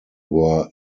were